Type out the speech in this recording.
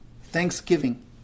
Thanksgiving